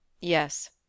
Yes